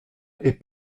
est